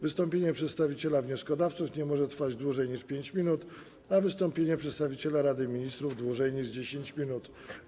Wystąpienie przedstawiciela wnioskodawców nie może trwać dłużej niż 5 minut, a wystąpienie przedstawiciela Rady Ministrów dłużej niż 10 minut.